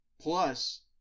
Plus